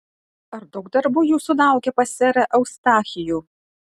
ar daug darbų jūsų laukia pas serą eustachijų